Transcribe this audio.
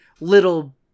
little